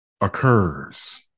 occurs